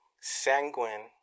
sanguine